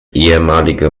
ehemalige